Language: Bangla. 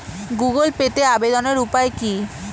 গুগোল পেতে আবেদনের উপায় কি?